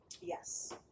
Yes